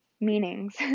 Meanings